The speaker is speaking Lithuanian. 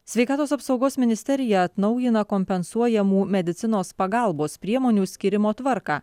sveikatos apsaugos ministerija atnaujina kompensuojamų medicinos pagalbos priemonių skyrimo tvarką